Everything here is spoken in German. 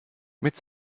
mit